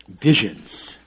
visions